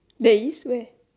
there is where